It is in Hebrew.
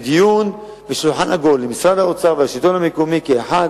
בדיון בשולחן העגול עם משרד האוצר והשלטון המקומי כאחד,